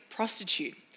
Prostitute